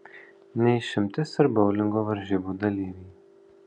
ne išimtis ir boulingo varžybų dalyviai